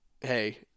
hey